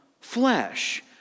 flesh